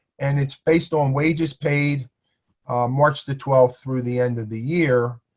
and it's based on wages paid march the twelfth through the end of the year.